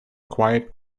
quiet